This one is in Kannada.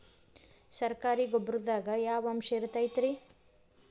ಸರಕಾರಿ ಗೊಬ್ಬರದಾಗ ಯಾವ ಅಂಶ ಇರತೈತ್ರಿ?